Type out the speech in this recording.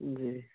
جی